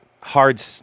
Hard